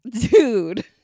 dude